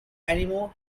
anymore